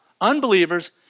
Unbelievers